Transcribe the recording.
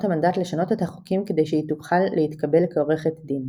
המנדט לשנות את החוקים כדי שהיא תוכל להתקבל כעורכת דין.